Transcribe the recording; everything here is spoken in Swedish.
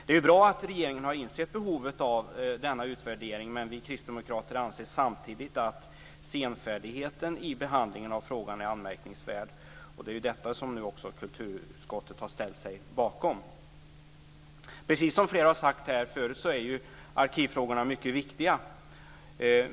Det är bra att regeringen har insett behovet av denna utvärdering, men vi kristdemokrater anser samtidigt att senvärdigheten i behandlingen av frågan är anmärkningsvärd. Det är detta som också kulturutskottet har ställt sig bakom. Precis som flera talare har sagt här förut är arkivfrågorna mycket viktiga.